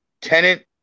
tenant